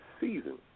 season